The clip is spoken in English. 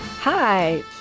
Hi